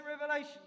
revelation